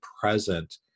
present